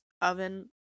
oven